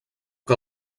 que